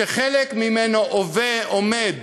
שחלק ממנו עומד